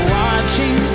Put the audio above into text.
watching